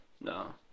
no